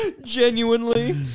Genuinely